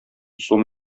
сум